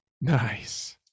nice